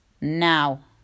now